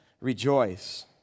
Rejoice